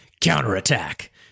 counterattack